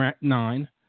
nine